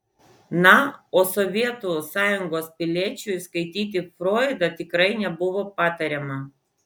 na o sovietų sąjungos piliečiui skaityti froidą tikrai nebuvo patariama